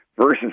Versus